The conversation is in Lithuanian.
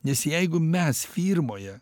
nes jeigu mes firmoje